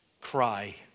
cry